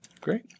Great